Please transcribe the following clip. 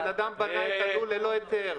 הבן אדם בנה את הלול ללא היתר.